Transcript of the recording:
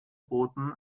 boten